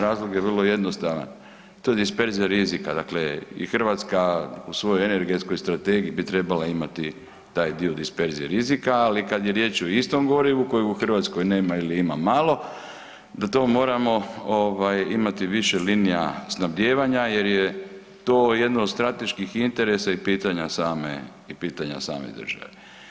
Razlog je vrlo jednostavan, to je disperzija rizika dakle i Hrvatska u svojoj energetskoj strategiji bi trebala imati taj dio disperzije rizika, ali kada je riječ o istom gorivu koje u Hrvatskoj nema ili ima malo da to moramo imati više linija snabdijevanja jer je to jedno od strateških interesa i pitanja same države.